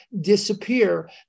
disappear